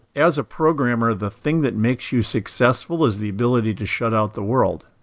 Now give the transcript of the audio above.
as a programmer the thing that makes you successful is the ability to shut out the world.